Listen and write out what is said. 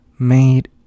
made